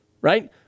right